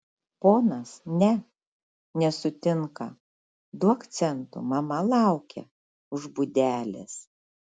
ponas ne nesutinka duok centų mama laukia už būdelės